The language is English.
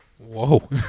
Whoa